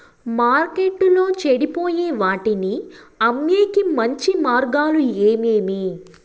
మార్కెట్టులో చెడిపోయే వాటిని అమ్మేకి మంచి మార్గాలు ఏమేమి